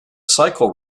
cycle